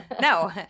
No